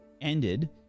ended